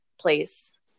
place